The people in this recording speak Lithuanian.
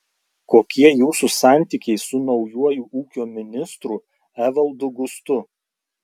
kokie jūsų santykiai su naujuoju ūkio ministru evaldu gustu